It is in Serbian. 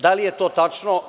Da li je to tačno?